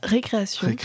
Récréation